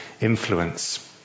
influence